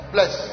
Bless